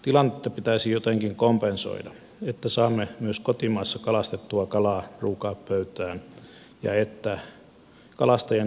tilannetta pitäisi jotenkin kompensoida että saamme myös kotimaassa kalastettua kalaa ruokapöytään ja että kalastajien ansiotaso turvataan